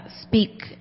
speak